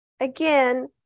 again